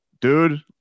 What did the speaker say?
dude